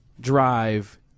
drive